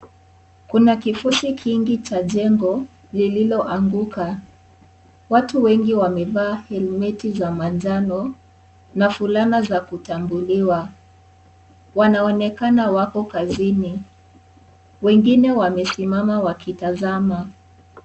Kuna kifosi kingi cha jengo lililoanguka ,watu wengi wanevaa helmeti ya manjano na fulana za kitambuliwa wanaonekana wako kazini .wengine wamesimama wakitazama.